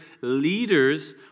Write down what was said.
leaders